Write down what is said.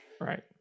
Right